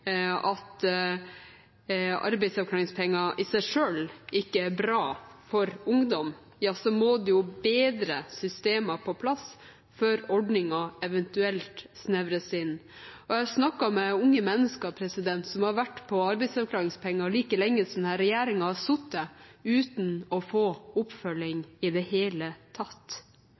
at arbeidsavklaringspenger i seg selv ikke er bra for ungdom, så må det bedre systemer på plass før ordningen eventuelt snevres inn. Jeg har snakket med unge mennesker som har vært på arbeidsavklaringspenger like lenge som denne regjeringen har sittet, uten å få oppfølging i det hele tatt.